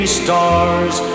stars